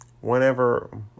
whenever